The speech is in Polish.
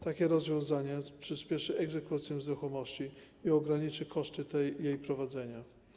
Takie rozwiązanie przyspieszy egzekucję z ruchomości i ograniczy koszty jej prowadzenia.